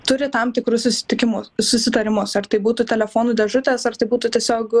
turi tam tikrus susitikimus susitarimus ar tai būtų telefonų dėžutės ar tai būtų tiesiog